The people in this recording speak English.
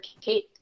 kate